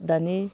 दानि